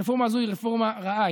הרפורמה הזאת היא רפורמה רעה.